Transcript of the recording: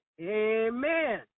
amen